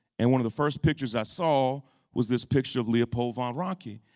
and one of the first pictures i saw was this picture of leopold von ranke. yeah